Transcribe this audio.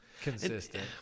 consistent